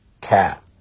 cat